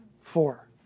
Four